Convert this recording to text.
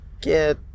Get